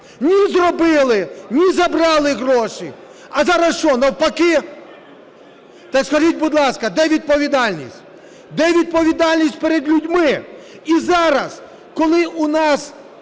Ні, зробили, ні, забрали гроші. А зараз, що навпаки? Так скажіть, будь ласка, де відповідальність? Де відповідальність перед людьми? І зараз, коли у нас